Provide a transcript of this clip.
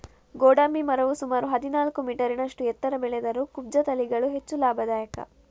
ಗೋಡಂಬಿ ಮರವು ಸುಮಾರು ಹದಿನಾಲ್ಕು ಮೀಟರಿನಷ್ಟು ಎತ್ತರ ಬೆಳೆದರೂ ಕುಬ್ಜ ತಳಿಗಳು ಹೆಚ್ಚು ಲಾಭದಾಯಕ